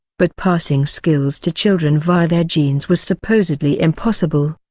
but passing skills to children via their genes was supposedly impossible.